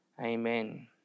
Amen